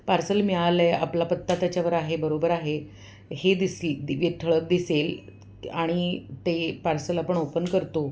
parcel मिळालं आहे आपला पत्ता त्याच्यावर आहे बरोबर आहे हे दिसली तिथे ठळक दिसेल आणि ते पार्सल आपण ओपन करतो